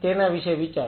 તેના વિશે વિચારો